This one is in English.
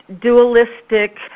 dualistic